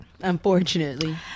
Unfortunately